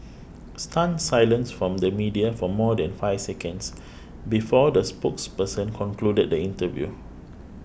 stunned silence from the media for more than five seconds before the spokesperson concluded the interview